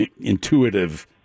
Intuitive